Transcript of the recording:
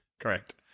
correct